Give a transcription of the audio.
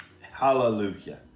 hallelujah